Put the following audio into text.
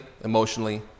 emotionally